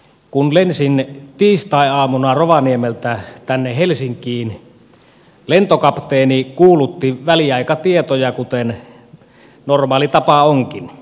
kun lensin tiistaiaamuna rovaniemeltä tänne helsinkiin lentokapteeni kuulutti väliaikatietoja kuten normaali tapa onkin